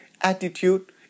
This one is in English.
attitude